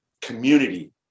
community